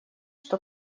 что